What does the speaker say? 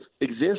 exist